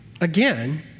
again